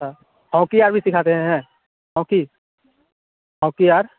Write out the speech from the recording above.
छा हॉकी यार भी सिखाते हैं हॉकी हॉकी यार